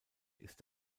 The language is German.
ist